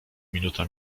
minuta